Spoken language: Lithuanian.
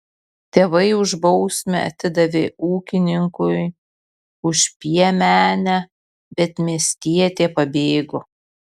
tėvai už bausmę atidavė ūkininkui už piemenę bet miestietė pabėgo